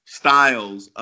styles